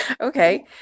Okay